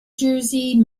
jersey